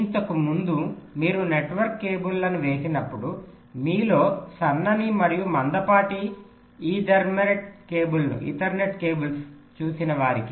ఇంతకు ముందు మీరు నెట్వర్క్ కేబుల్లను వేసినప్పుడు మీలో సన్నని మరియు మందపాటి ఈథర్నెట్ కేబుల్లను చూసిన వారికి